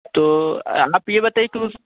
तो आप ये बताइए कि उस